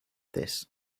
this